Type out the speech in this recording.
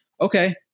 Okay